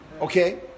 Okay